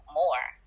more